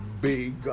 Big